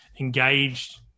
engaged